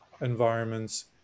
environments